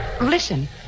Listen